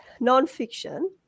nonfiction